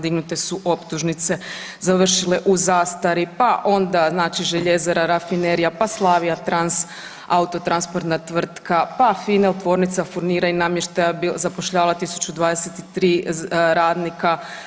Dignute su optužnice završile u zastari, pa onda Željezara, Rafinerija, pa Slavija trans, autotransportna tvrtka, pa Finel tvornica furnira i namještaja zapošljavala 1023 radnika.